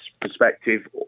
perspective